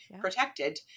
protected